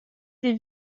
des